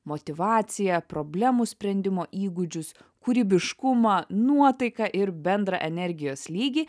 motyvaciją problemų sprendimo įgūdžius kūrybiškumą nuotaiką ir bendrą energijos lygį